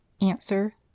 Answer